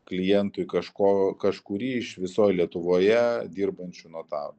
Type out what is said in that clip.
klientui kažko kažkurį iš visoj lietuvoje dirbančių notarų